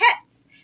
pets